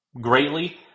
greatly